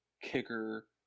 kicker